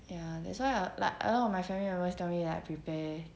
ya that's why I like a lot of my family members tell me like prepare